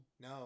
No